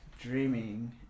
dreaming